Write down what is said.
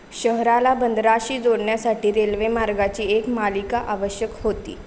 शहराला बंदराशी जोडण्यासाठी रेल्वेमार्गाची एक मालिका आवश्यक होती